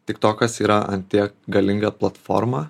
tik tokas yra ant tiek galinga platforma